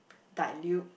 dilute